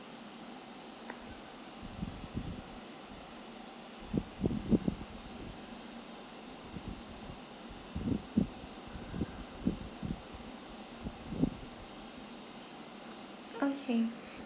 okay